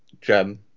gem